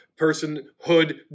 Personhood